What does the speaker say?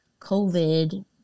COVID